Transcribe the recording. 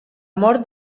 mort